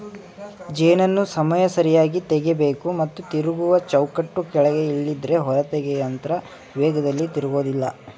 ಜೇನನ್ನು ಸಮಯ ಸರಿಯಾಗಿ ತೆಗಿಬೇಕು ಮತ್ತು ತಿರುಗುವ ಚೌಕಟ್ಟು ಕೆಳಗೆ ಇಲ್ದಿದ್ರೆ ಹೊರತೆಗೆಯೊಯಂತ್ರ ವೇಗದಲ್ಲಿ ತಿರುಗೋದಿಲ್ಲ